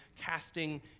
casting